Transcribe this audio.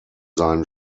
seinen